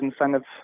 incentives